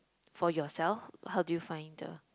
for yourself how do you find the